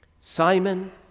Simon